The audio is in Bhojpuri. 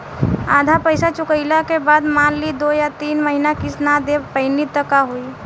आधा पईसा चुकइला के बाद मान ली दो या तीन महिना किश्त ना दे पैनी त का होई?